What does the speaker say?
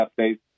updates